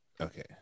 Okay